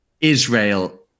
Israel